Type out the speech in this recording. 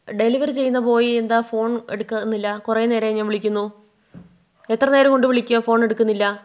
delivery ചെയ്യുന്ന boy എന്താ phone എടുക്കുന്നില്ല കുറെ നേരമായി ഞാൻ വിളിക്കുന്നു എത്ര നേരം കൊണ്ട് വിളിക്കുകയാണ് ഫോണെടുക്കുന്നില്ല